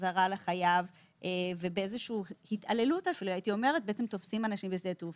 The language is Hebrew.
אזהרה לחייב ובאיזושהי התעללות אפילו תופסים אנשים בשדה תעופה.